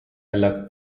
alla